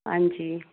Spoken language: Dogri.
हांजी